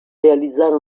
realizzare